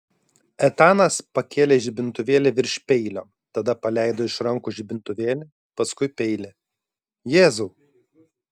etanas pakėlė žibintuvėlį virš peilio tada paleido iš rankų žibintuvėlį paskui peilį jėzau